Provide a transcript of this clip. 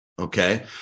Okay